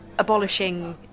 Abolishing